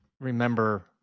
remember